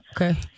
Okay